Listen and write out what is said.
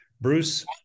Bruce